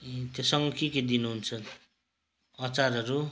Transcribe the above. ए त्योसँग के के दिनुहुन्छ त अचारहरू